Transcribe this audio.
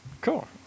cool